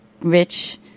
rich